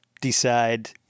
decide